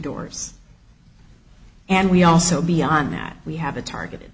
doors and we also beyond that we have a target